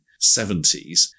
1970s